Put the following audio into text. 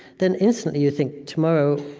then instantly you think tomorrow,